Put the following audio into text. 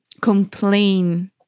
complain